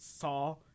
saw